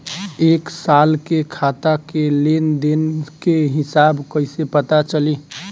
एक साल के खाता के लेन देन के हिसाब कइसे पता चली?